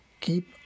keep